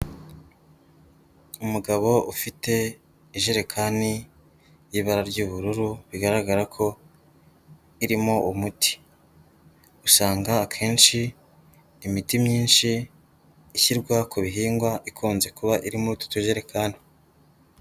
Umugabo ufite ijerekani y'ibara ry'ubururu, bigaragara ko irimo umuti, usanga akenshi imiti myinshi ishyirwa ku bihingwa ikunze kuba iri mu tu tujerekani.